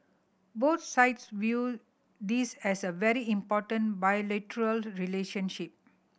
both sides view this as a very important bilateral relationship